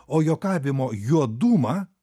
o juokavimo juodumą